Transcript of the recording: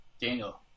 Daniel